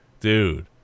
dude